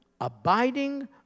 abiding